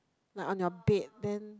like on your bed then